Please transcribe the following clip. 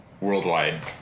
worldwide